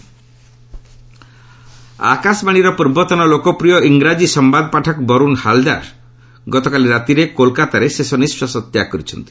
ହାଲ୍ଦାର ଆକାଶବାଣୀର ପୂର୍ବତନ ଲୋକପ୍ରିୟ ଇଂରାଜୀ ସମ୍ଭାଦ ପାଠକ ବରୁନ୍ ହାଲ୍ଦାର ଗତକାଲି ରାତିରେ କୋଲକାତାରେ ଶେଷ ନିଃଶ୍ୱାସ ତ୍ୟାଗ କରିଛନ୍ତି